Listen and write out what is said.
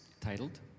titled